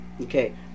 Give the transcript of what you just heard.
Okay